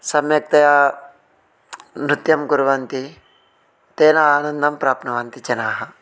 सम्यक्तया नृत्यं कुर्वन्ति तेन आनन्दं प्राप्नुवन्ति जनाः